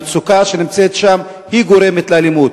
המצוקה שקיימת שם היא הגורמת לאלימות.